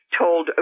told